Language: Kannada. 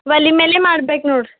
ಒಲೆ ಮ್ಯಾಲೆ ಮಾಡ್ಬೇಕು ನೋಡ್ರೀ